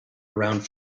around